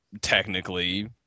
technically